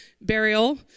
burial